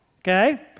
okay